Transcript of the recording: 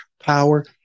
power